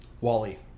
wally